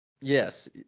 Yes